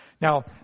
Now